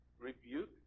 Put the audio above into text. rebuke